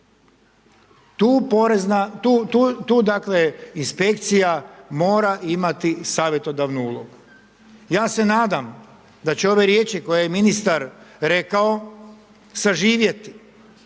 tu inspekcija mora imati savjetodavnu ulogu. Ja se nadam da će ove riječi koje je ministar rekao, suživjeti,